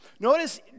Notice